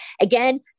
Again